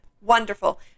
Wonderful